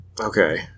Okay